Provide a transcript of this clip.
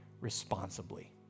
responsibly